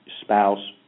spouse